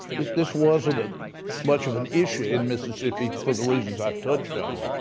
this this wasn't much of an issue in mississippi for the reasons i touched um